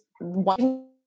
one